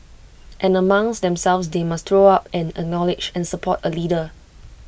and amongst themselves they must throw up and acknowledge and support A leader